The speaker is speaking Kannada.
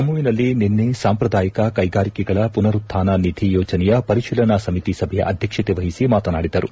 ಜಮ್ಮೆವಿನಲ್ಲಿ ನಿನ್ನೆ ಸಾಂಪ್ರದಾಯಿಕ ಕೈಗಾರಿಕೆಗಳ ಪುನರುತ್ಗಾನ ನಿಧಿ ಯೋಜನೆಯ ಪರಿಶೀಲನಾ ಸಮಿತಿ ಸಭೆಯ ಅಧ್ಯಕ್ಷತೆ ವಹಿಸಿ ಮಾತನಾಡಿದರು